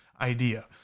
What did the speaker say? idea